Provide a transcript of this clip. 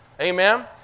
Amen